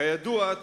כידוע,